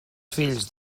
fills